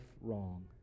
wrong